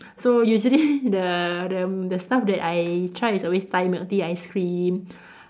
so usually the the the stuff that I try is always Thai milk tea ice cream